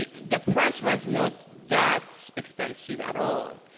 the price was not that expensive at all.